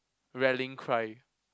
rallying cry